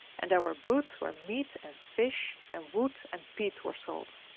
and there were booths where meat and fish and wood and peat were sold.